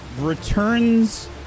returns